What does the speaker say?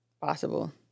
possible